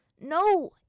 No